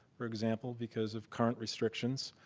for example, because of current restrictions.